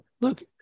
look